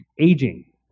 aging